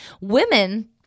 Women